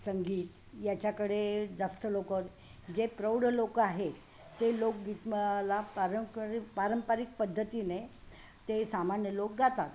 संगीत याच्याकडे जास्त लोक जे प्रौढ लोक आहेत ते लोकगीतमाला पारंपरिक पारंपरिक पद्धतीने ते सामान्य लोक गातात